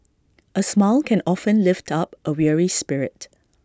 A smile can often lift up A weary spirit